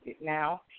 now